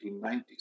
1990s